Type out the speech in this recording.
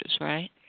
right